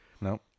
no